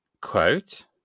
quote